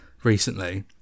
recently